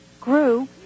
grew